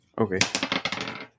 Okay